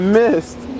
missed